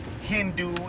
Hindu